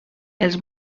els